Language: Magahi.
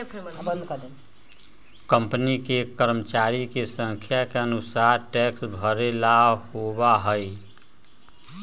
कंपनियन के कर्मचरिया के संख्या के अनुसार टैक्स भरे ला होबा हई